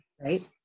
right